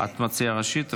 את מציעה ראשית.